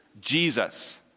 Jesus